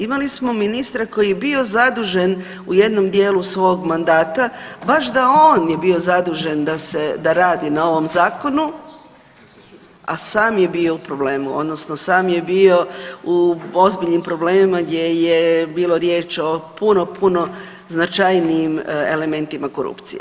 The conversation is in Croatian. Imali smo ministra koji je bio zadužen u jednom dijelu svog mandata baš da on je bio zadužen da se radi na ovom zakonu, a sam je bio u problemu odnosno sam je bio u ozbiljnim problemima gdje je bilo riječ o puno, puno značajnijim elementima korupcije.